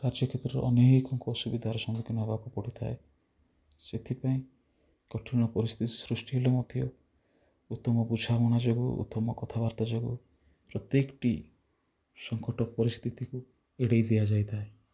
କାର୍ଯ୍ୟ କ୍ଷେତ୍ରରେ ଅନେକଙ୍କୁ ଅସୁବିଧାର ସମ୍ମୁଖୀନ ହେବାକୁ ପଡ଼ିଥାଏ ସେଥିପାଇଁ କଠିନ ପରିସ୍ଥିତି ସୃଷ୍ଟି ହେଲେ ମଧ୍ୟ ଉତ୍ତମ ବୁଝାମଣା ଯୋଗୁଁ ଉତ୍ତମ କଥାବାର୍ତ୍ତା ଯୋଗୁଁ ପ୍ରତ୍ୟେକଟି ସଙ୍କଟ ପରିସ୍ଥିତିକୁ ଏଡ଼େଇ ଦିଆଯାଇଥାଏ